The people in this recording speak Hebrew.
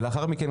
לאחר מכן,